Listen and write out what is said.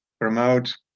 promote